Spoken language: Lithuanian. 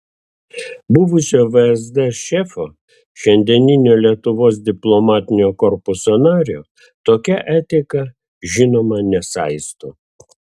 buvusio vsd šefo šiandieninio lietuvos diplomatinio korpuso nario tokia etika žinoma nesaisto